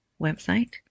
website